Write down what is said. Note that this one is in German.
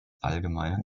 allgemeinen